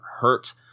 hurt